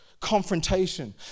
confrontation